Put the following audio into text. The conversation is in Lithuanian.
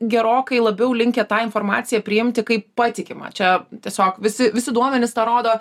gerokai labiau linkę tą informaciją priimti kaip patikimą čia tiesiog visi visi duomenys tą rodo